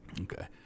Okay